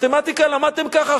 מתמטיקה למדתם ככה,